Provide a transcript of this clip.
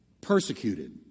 persecuted